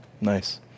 Nice